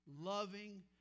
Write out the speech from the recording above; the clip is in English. loving